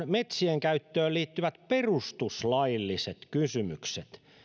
metsien käyttöön liittyvät perustuslailliset kysymykset